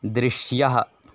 दृश्यः